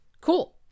cool